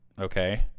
Okay